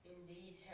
Indeed